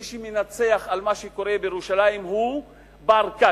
מי שמנצח על מה שקורה בירושלים הוא "בר-כת"'